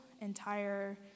entire